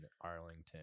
Arlington